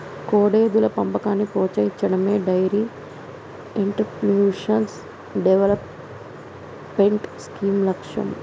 కోడెదూడల పెంపకాన్ని ప్రోత్సహించడమే డెయిరీ ఎంటర్ప్రెన్యూర్షిప్ డెవలప్మెంట్ స్కీమ్ లక్ష్యం